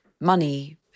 money